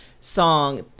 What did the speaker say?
song